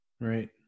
Right